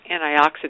antioxidant